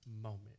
moment